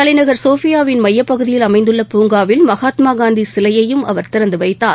தலைநகர் சோபியாவின் மையப்பகுதியில் அமைந்துள்ள பூங்காவில் மகாத்மாகாந்தி சிலையையும் அவர் திறந்து வைத்தார்